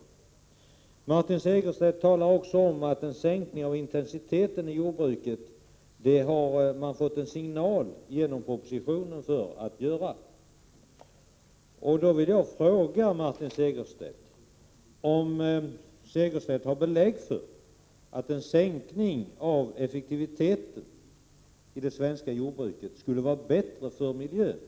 Vidare säger Martin Segerstedt att man genom propositionen har fått en signal om att det är nödvändigt med en sänkning av intensiteten inom jordbruket. Jag vill därför fråga Martin Segerstedt om han har belägg för att en sänkning av effektiviteten i det svenska jordbruket skulle vara bättre för miljön.